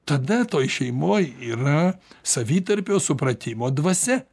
tada toj šeimoj yra savitarpio supratimo dvasia